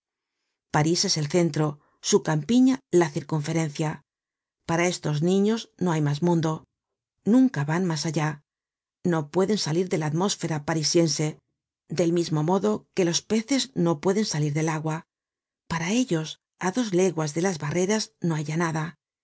parís es el centro su campiña la circunferencia para estos niños no hay mas mundo nunca van mas allá no pueden salir de la atmósfera parisiense del mismo modo que los peces no pueden salir del agua para ellos á dos leguas de las barreras no hay ya nada